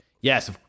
Yes